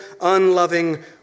unloving